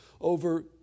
over